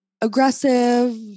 aggressive